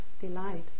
delight